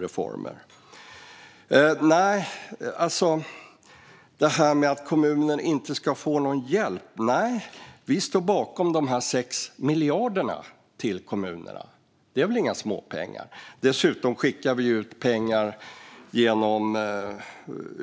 När det gäller att kommuner inte ska få någon hjälp står vi bakom de 6 miljarderna till kommunerna. Det är väl inga småpengar? Dessutom skickar vi pengar genom det som behandlas i